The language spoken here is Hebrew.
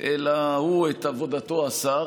אלא שהוא את עבודתו עשה,